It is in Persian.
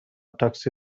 تاکسی